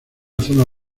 zona